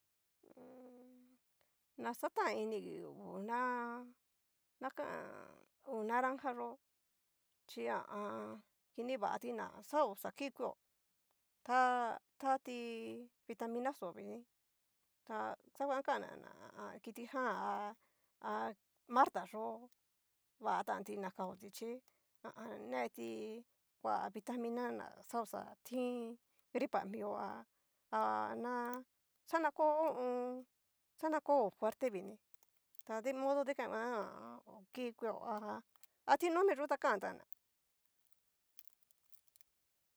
naxatan inigi ngu una. kan, hu naranja yó chí ha a an. kini vati na xaoxa kikueo ta. tati victaminaxo vini ta nguan kana na kiti ján ha a a. marta yo'o, vatan ti na kaoti chí ha a an. neti kua vitamina na xa oxa tin gripa mio ha ana'a xana ko'o ho o on. xana kogo fuerte viní tadimono dikan nguan ha a an. ho kikueo ha. tinomi yo'o ta kantana.